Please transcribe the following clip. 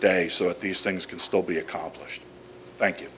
day so that these things can still be accomplished thank you